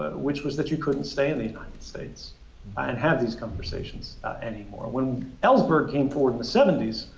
which was that you couldn't stay in the united states and have these conversations anymore. when ellsberg came forward in the seventy s,